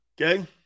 Okay